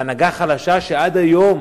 והנהגה חלשה, שעד היום